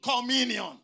Communion